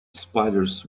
spiders